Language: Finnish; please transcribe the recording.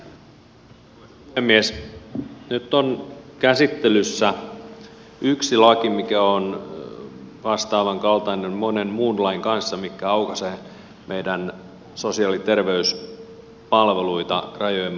nyt on käsittelyssä yksi laki mikä on vastaavankaltainen monen muun lain kanssa mikä aukaisee meidän sosiaali ja terveyspalveluita rajojemme ulkopuolelle